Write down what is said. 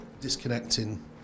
Disconnecting